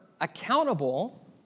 accountable